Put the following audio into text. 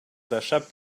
d’achat